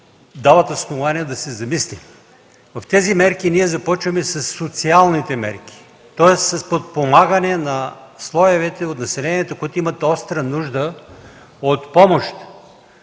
дават основание да се замислим. В тези Мерки ние започваме със социалните мерки, тоест с подпомагане на слоевете от населението, които имат остра нужда от помощ.